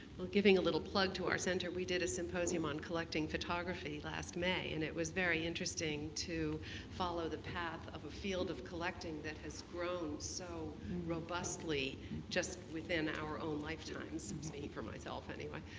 giving a little plug to our center, we did a symposium on collecting photography last may and it was very interesting to follow the path of the field of collecting that has grown so robustly just within our own lifetime speak for myself anyway.